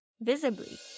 visibly